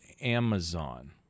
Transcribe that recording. Amazon